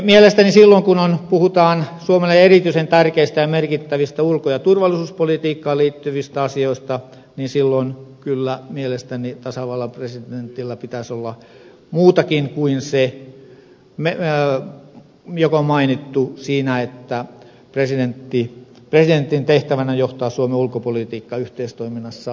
mielestäni silloin kun puhutaan suomelle erityisen tärkeistä ja merkittävistä ulko ja turvallisuuspolitiikkaan liittyvistä asioista tasavallan presidentillä pitäisi olla muutakin tehtävää kuin mainittu presidentti johtaa suomen ulkopolitiikkaa yhteistoiminnassa valtioneuvoston kanssa